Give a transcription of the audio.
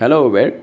hello Uber